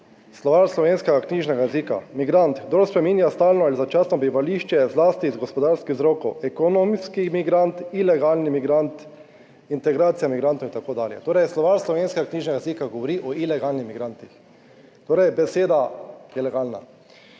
slovar slovenskega knjižnega jezika, migrant, kdor spreminja stalno ali začasno bivališče, zlasti iz gospodarskih vzrokov, ekonomski migrant, ilegalni migrant, integracija migrantov in tako dalje. Torej, slovar slovenskega knjižnega jezika govori o ilegalnih migrantih. Torej, beseda je legalna.